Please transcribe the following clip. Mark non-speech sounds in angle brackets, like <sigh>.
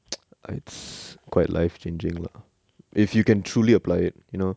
<noise> it's quite life changing lah if you can truly apply it you know